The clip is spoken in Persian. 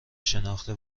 شناخته